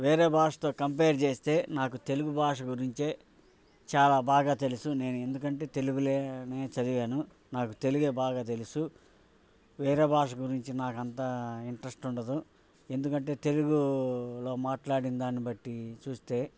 వేరే భాషతో కంపేర్ చేస్తే నాకు తెలుగు భాష గురించే చాలా బాగా తెలుసు నేను ఎందుకంటే తెలుగును చదివాను నాకు తెలుగు బాగా తెలుసు వేరే భాష గురించి నాకు అంత ఇంట్రస్ట్ ఉండదు ఎందుకంటే తెలుగులో మాట్లాడిన దాన్ని బట్టి చూస్తే